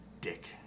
Dick